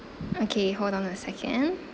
okay hold on a second